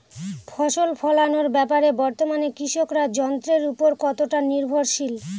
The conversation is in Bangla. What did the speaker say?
ফসল ফলানোর ব্যাপারে বর্তমানে কৃষকরা যন্ত্রের উপর কতটা নির্ভরশীল?